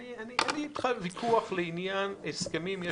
אין לי אתך ויכוח לעניין הסכמים.